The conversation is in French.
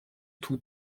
tous